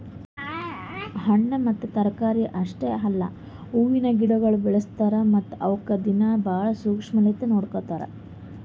ಹಣ್ಣ ಮತ್ತ ತರಕಾರಿ ಅಷ್ಟೆ ಅಲ್ಲಾ ಹೂವಿನ ಗಿಡಗೊಳನು ಬೆಳಸ್ತಾರ್ ಮತ್ತ ಅವುಕ್ ದಿನ್ನಾ ಭಾಳ ಶುಕ್ಷ್ಮಲಿಂತ್ ನೋಡ್ಕೋತಾರ್